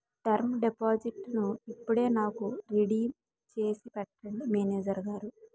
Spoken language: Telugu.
టెర్మ్ డిపాజిట్టును ఇప్పుడే నాకు రిడీమ్ చేసి పెట్టండి మేనేజరు గారు